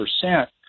percent